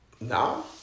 No